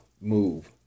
move